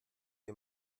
wir